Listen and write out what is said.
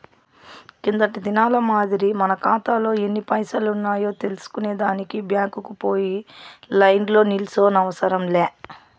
కిందటి దినాల మాదిరి మన కాతాలో ఎన్ని పైసలున్నాయో తెల్సుకునే దానికి బ్యాంకుకు పోయి లైన్లో నిల్సోనవసరం లే